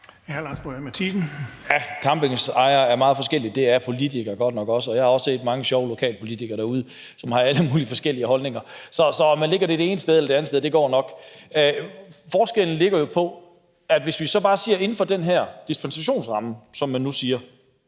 Lars Boje Mathiesen (NB): Campingpladsejere er meget forskellige, men det er politikere godt nok også, og jeg har også set mange sjove lokalpolitikere derude, som har alle mulige forskellige holdninger. Så om man lægger det det ene sted eller det andet sted, det går nok. Der er forskel. Kan vi så ikke bare sige, at inden for den her for dispensationsret har de